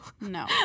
No